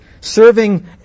serving